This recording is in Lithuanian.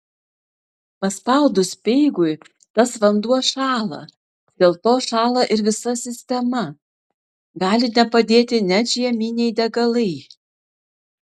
paspaudus speigui tas vanduo šąla dėl to šąla ir visa sistema gali nepadėti net žieminiai degalai